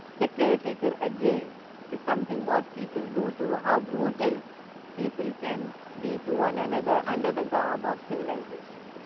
the care taker again is something what people do to, how brutal people can be to one another under the garb of civilization.